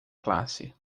classe